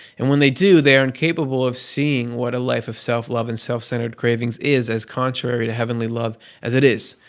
and when they do, they are incapable of seeing that a life of self-love and self-centered cravings is as contrary to heavenly love as it is.